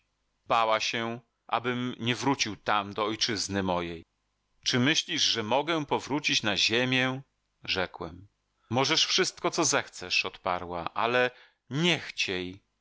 bała się abym nie wrócił tam do ojczyzny mojej czy myślisz że mogę powrócić na ziemię rzekłem możesz wszystko co zechcesz odparła ale nie chciej